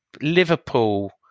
Liverpool